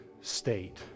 state